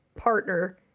partner